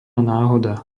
náhoda